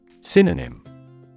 Synonym